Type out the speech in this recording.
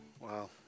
Wow